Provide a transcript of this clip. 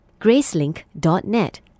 Gracelink.net